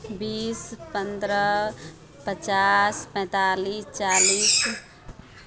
बीस पन्द्रह पचास पैंतालीस चालीस